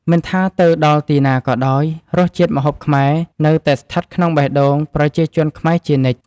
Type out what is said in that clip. មិនថាទៅដល់ទីណាក៏ដោយ រសជាតិម្ហូបខ្មែរនៅតែស្ថិតក្នុងបេះដូងប្រជាជនខ្មែរជានិច្ច។